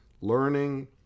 learning